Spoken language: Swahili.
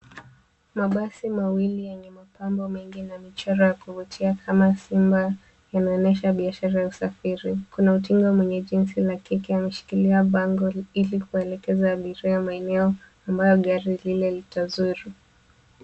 Mabasi mawili yenye mapambo mengi na michoro ya kuvutia kama simba yanaonyesha biashara ya usafiri. Kuna utingo mwenye jinsi la kike ameshikilia bango ili kuelekeza abiria maeneo ambayo gari lile litazuru.